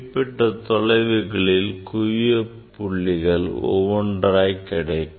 குறிப்பிட்ட தொலைவுகளில் குவிய புள்ளிகள் ஒவ்வொன்றாய் கிடைக்கும்